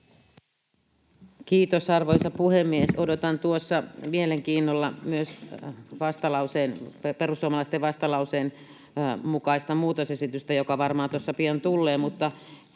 Kiitos, arvoisa puhemies! Odotan tuossa mielenkiinnolla myös perussuomalaisten vastalauseen mukaista muutosesitystä, joka varmaan tuossa pian tullee.